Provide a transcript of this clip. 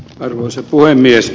arvoisa puhemies